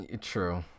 true